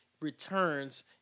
returns